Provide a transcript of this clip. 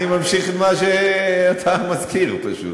------- אני ממשיך את מה שאתה מזכיר, פשוט.